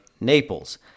Naples